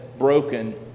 broken